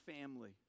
family